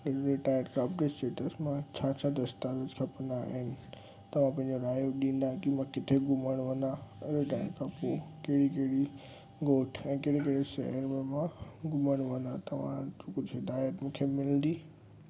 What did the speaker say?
retire update status मां छा छा दस्तावेज़ खपंदा ऐं तव्हां पंहिंजो रायो ॾींदा की मां किथे घुमणु वञां रिटायर खां पोइ कहिड़ी कहिड़ी ॻोठ ऐं कहिड़ी कहिड़ी शहरनि में मां घुमणु वञां तव्हां खां कुझु हिदायत मूंखे मिलंदी